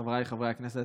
חבריי חברי הכנסת,